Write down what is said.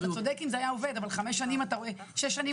אתה צודק אם זה היה עובד אבל אנחנו שש שנים